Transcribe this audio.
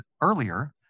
earlier